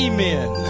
Amen